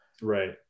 Right